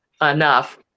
enough